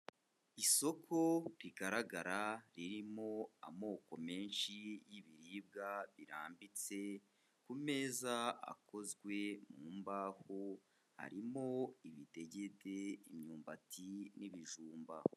Isoko rigaragara ririmo amoko menshi y'ibiribwa birambitse ku meza akozwe mu mbaho, harimo ibidegede, imyumbati n'ibijumba.